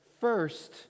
first